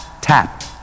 tap